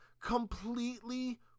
completely